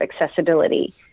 accessibility